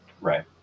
Right